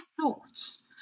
thoughts